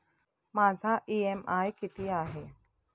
माझा इ.एम.आय किती आहे?